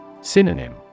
Synonym